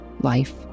life